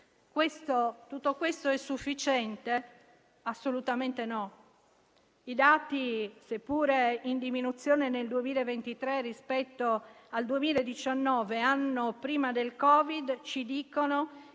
Tutto questo è sufficiente? Assolutamente no. I dati, seppure in diminuzione nel 2023 rispetto al 2019 (anno prima del Covid), ci dicono che